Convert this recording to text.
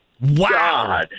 Wow